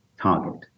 target